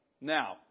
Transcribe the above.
Now